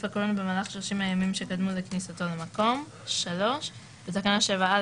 הקורונה במהלך 30 הימים שקדמו לכניסתו למקום,"; בתקנה 7(א),